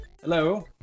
Hello